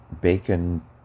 Bacon